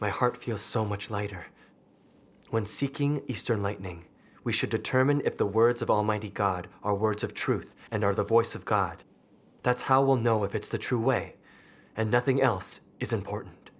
my heart feels so much later when seeking eastern lightning we should determine if the words of almighty god are words of truth and are the voice of god that's how we'll know if it's the true way and nothing else is important